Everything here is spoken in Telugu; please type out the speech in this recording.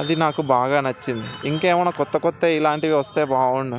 అది నాకు బాగా నచ్చింది ఇంకా ఏమైనా కొత్త కొత్తవి ఇలాంటివి వస్తే బాగుండు